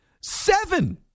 Seven